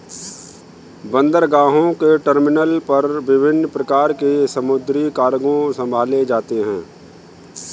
बंदरगाहों के टर्मिनल पर विभिन्न प्रकार के समुद्री कार्गो संभाले जाते हैं